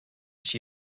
així